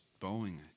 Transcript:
Boeing